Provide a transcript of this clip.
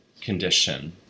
condition